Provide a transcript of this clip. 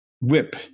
whip